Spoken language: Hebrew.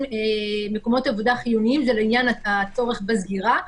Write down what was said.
מקומות עבודה חיוניים זה לעניין הצורך בסגירה.